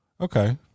Okay